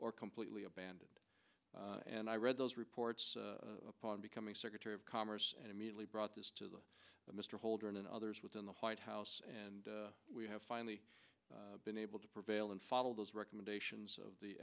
or completely abandoned and i read those reports upon becoming secretary of commerce and immediately brought this to mr holdren and others within the white house and we have finally been able to prevail and follow those recommendations of the